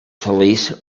police